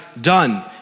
done